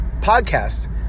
podcast